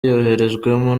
yoherejwemo